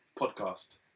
podcast